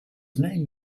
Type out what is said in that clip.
name